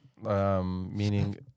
Meaning